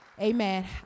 Amen